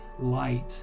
light